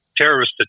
terrorist